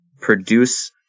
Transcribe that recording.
produce